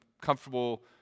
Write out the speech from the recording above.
comfortable